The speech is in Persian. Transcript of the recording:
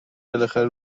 بالاخره